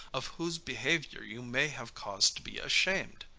of whose behavior you may have cause to be ashamed.